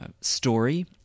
story